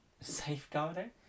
safeguarding